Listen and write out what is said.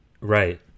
Right